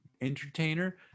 entertainer